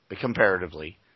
comparatively